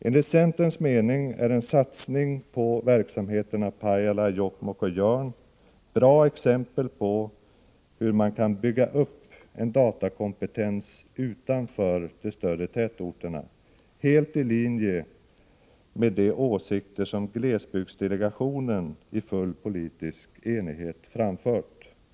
Enligt centerns mening är en satsning på verksamheterna i Pajala, Jokkmokk och Jörn bra exempel på hur man kan bygga upp en datakompetens utanför de större tätorterna, helt i linje med de åsikter som glesbygdsdelegationen i full politisk enighet framfört.